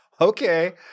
Okay